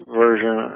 version